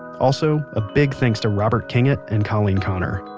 also, a big thanks to robert kingett and colleen connor